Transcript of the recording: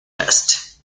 west